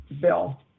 bill